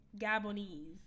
Gabonese